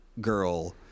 girl